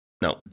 no